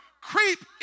creep